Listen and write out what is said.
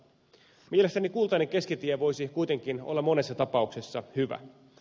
mielestäni kultainen keskitie voisi kuitenkin olla monessa tapauksessa hyvä